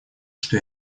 что